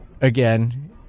again